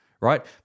Right